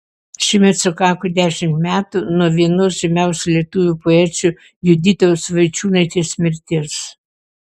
šiemet sukako dešimt metų nuo vienos žymiausių lietuvių poečių juditos vaičiūnaitės mirties